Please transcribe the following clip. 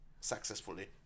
successfully